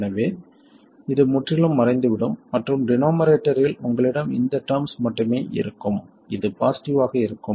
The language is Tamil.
எனவே இது முற்றிலும் மறைந்துவிடும் மற்றும் டினோமரேட்டரில் உங்களிடம் இந்த டெர்ம்ஸ் மட்டுமே இருக்கும் இது பாசிட்டிவ் ஆக இருக்கும்